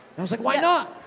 i was like, why not?